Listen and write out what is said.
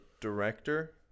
director